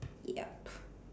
yup